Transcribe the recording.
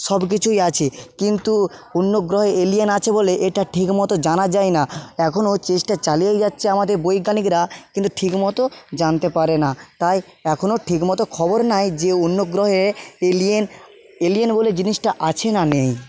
সব কিছুই আছে কিন্তু অন্য গ্রহে এলিয়েন আছে বলে এটা ঠিক মতো জানা যায় না এখনও চেষ্টা চালিয়েই যাচ্ছে আমাদের বৈজ্ঞানিকরা কিন্তু ঠিক মতো জানতে পারে না তাই এখনও ঠিক মতো খবর নেই যে অন্য গ্রহে এলিয়েন এলিয়েন বলে জিনিসটা আছে না নেই